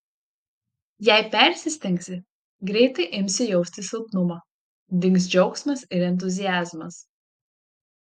jei persistengsi greitai imsi jausti silpnumą dings džiaugsmas ir entuziazmas